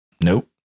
Nope